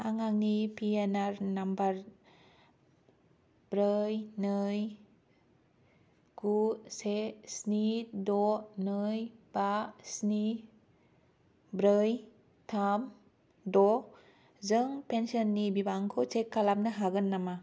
आं आंनि P N R number ब्रै नै गु से स्नि द' नै बा स्नि ब्रै थाम द'जों पेन्सननि बिबांखौ चेक खालामनो हागोन नामा